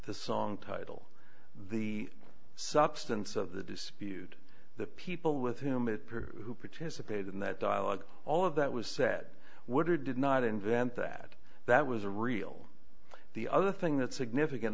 the song title the substance of the dispute the people with him it who participated in that dialogue all of that was said woodard did not invent that that was a real the other thing that's significant